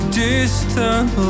distant